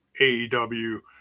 AEW